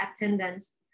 attendance